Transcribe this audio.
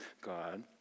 God